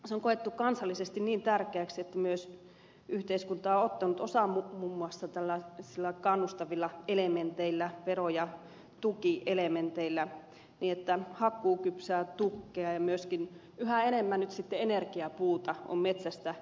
se on koettu kansallisesti niin tärkeäksi että myös yhteiskunta on ottanut osaa muun muassa tällaisilla kannustavilla elementeillä vero ja tukielementeillä niin että hakkuukypsää tukkia ja myöskin yhä enemmän nyt sitten energiapuuta on metsästä saatavissa